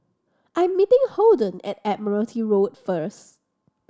I'm meeting Holden at Admiralty Road first